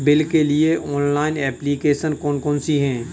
Bill के लिए online application कौन कौन सी हैं?